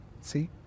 See